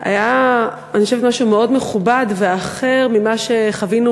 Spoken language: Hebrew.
אני חושבת שהיה משהו מאוד מכובד ואחר ממה שחווינו,